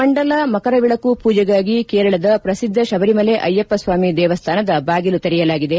ಮಂಡಲ ಮಕರವಿಳಕ್ಕು ಪೂಜೆಗಾಗಿ ಕೇರಳದ ಪ್ರಸಿದ್ದ ಶಬರಿಮಲೆ ಅಯ್ಯಪ್ಪ ಸ್ವಾಮಿ ದೇವಸ್ಥಾನದ ಬಾಗಿಲು ತೆರೆಯಲಾಗಿದೆ